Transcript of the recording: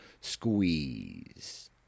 squeeze